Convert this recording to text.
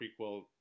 prequel